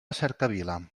cercavila